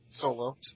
Solo